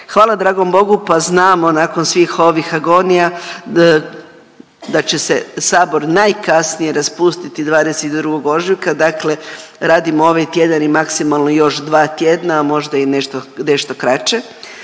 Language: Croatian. hvala dragom Bogu pa znamo nakon svih ovih agonija da će se sabor najkasnije raspustiti 22. ožujka, dakle radimo ovaj tjedan i maksimalno još dva tjedna, a možda i nešto, nešto kraće.